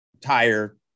tire